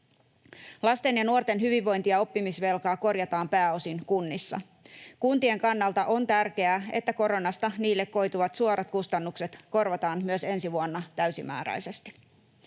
Lasten ja nuorten hyvinvointi- ja oppimisvelkaa korjataan pääosin kunnissa. Kuntien kannalta on tärkeää, että koronasta niille koituvat suorat kustannukset korvataan myös ensi vuonna täysimääräisesti.